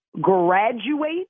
graduate